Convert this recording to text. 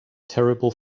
terrible